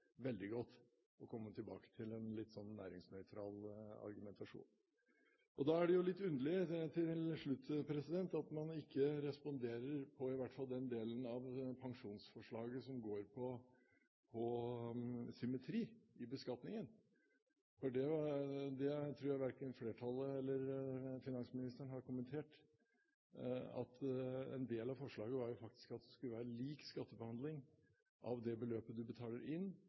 veldig godt å komme tilbake til en litt næringsnøytral argumentasjon. Da er det litt underlig – til slutt – at man ikke responderer på i hvert fall den delen av pensjonsforslaget som går på symmetri i beskatningen. Jeg tror verken flertallet eller finansministeren har kommentert at en del av forslaget går ut på at det skal være samme skattebehandling av det beløpet du betaler inn,